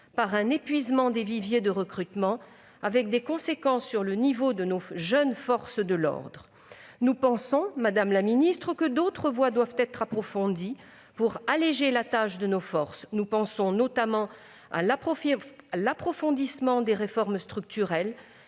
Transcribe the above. par un épuisement des viviers de recrutement, avec des conséquences dommageables sur le niveau de nos jeunes forces de l'ordre. Madame la ministre, d'autres voies doivent être approfondies pour alléger la tâche des forces de l'ordre : nous pensons non seulement à l'approfondissement des réformes structurelles,